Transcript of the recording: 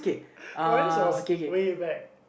mine's was way back